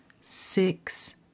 six